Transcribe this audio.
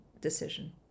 decision